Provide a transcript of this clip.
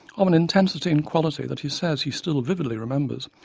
um an intensity and quality that he says he still vividly remembers,